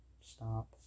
stop